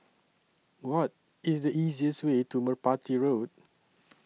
What IS The easiest Way to Merpati Road